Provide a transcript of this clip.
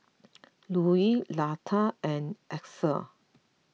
Louie Luther and Axel